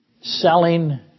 selling